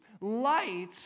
Light